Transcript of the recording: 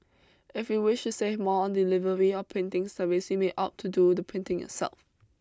if you wish to save money on delivery or printing service you may opt to do the printing yourself